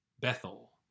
Bethel